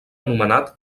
anomenat